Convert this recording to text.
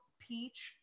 peach